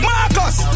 Marcus